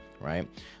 Right